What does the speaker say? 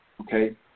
okay